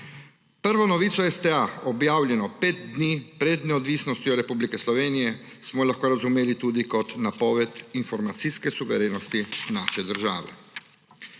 Prvo novico STA, objavljeno 5 dni pred neodvisnostjo Republike Slovenije, smo lahko razumeli tudi kot napoved informacijske suverenosti naše države.